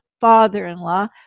father-in-law